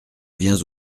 viens